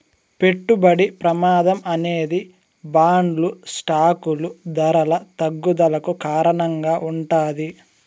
పెట్టుబడి ప్రమాదం అనేది బాండ్లు స్టాకులు ధరల తగ్గుదలకు కారణంగా ఉంటాది